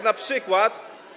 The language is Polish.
na przykład.